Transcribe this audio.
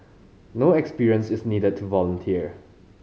no experience is needed to volunteer